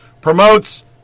Promotes